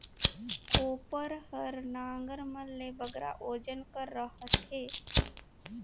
कोपर हर नांगर मन ले बगरा ओजन कर रहथे